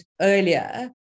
earlier